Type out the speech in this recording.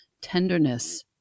tenderness